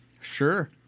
Sure